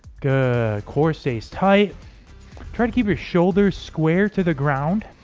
good core stays tight try to keep your shoulders square to the ground